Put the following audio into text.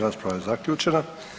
rasprava je zaključena.